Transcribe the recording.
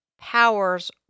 powers